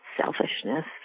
selfishness